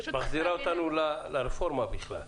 את מחזירה אותנו לרפורמה בכלל.